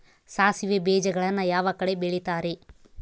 ಸಾಸಿವೆ ಬೇಜಗಳನ್ನ ಯಾವ ಕಡೆ ಬೆಳಿತಾರೆ?